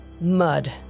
Mud